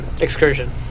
excursion